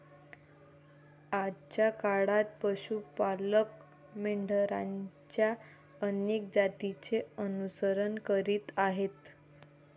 आजच्या काळात पशु पालक मेंढरांच्या अनेक जातींचे अनुसरण करीत आहेत